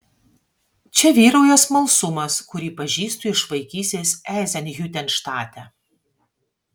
čia vyrauja smalsumas kurį pažįstu iš vaikystės eizenhiutenštate